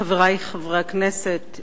חברי חברי הכנסת,